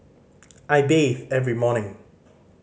I bathe every morning